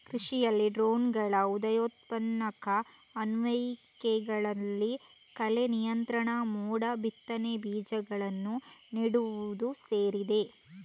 ಕೃಷಿಯಲ್ಲಿ ಡ್ರೋನುಗಳ ಉದಯೋನ್ಮುಖ ಅನ್ವಯಿಕೆಗಳಲ್ಲಿ ಕಳೆ ನಿಯಂತ್ರಣ, ಮೋಡ ಬಿತ್ತನೆ, ಬೀಜಗಳನ್ನು ನೆಡುವುದು ಸೇರಿದೆ